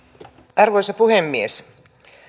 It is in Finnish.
arvoisa puhemies